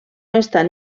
estan